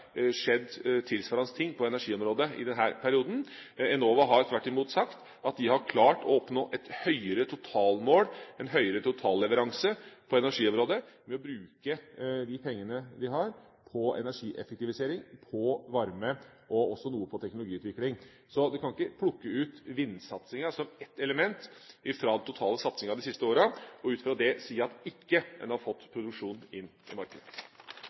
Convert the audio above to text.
skjedd tilsvarende ting på energiområdet i denne perioden. Enova har tvert imot sagt at de har klart å oppnå et nøyere totalmål, en høyere totalleveranse, på energiområdet ved å bruke de pengene de har, på energieffektivisering, på varme og også noe på teknologiutvikling. Så en kan ikke plukke ut vindsatsinga som ett element fra den totale satsinga de siste årene og ut fra det si at en ikke har fått produksjon inn på markedet. Strømsituasjonen i